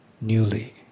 newly